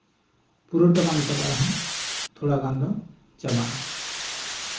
ᱯᱩᱨᱟᱹᱴᱟ ᱵᱟᱝ ᱪᱟᱵᱟᱜ ᱨᱮᱦᱚᱸ ᱛᱷᱚᱲᱟᱜᱟᱱ ᱫᱚ ᱪᱟᱵᱟᱜᱼᱟ